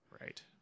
right